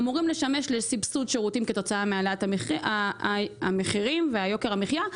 אמורים לשמש לסבסוד שירותים כתוצאה מהעלאת המחירים ויוקר המחייה,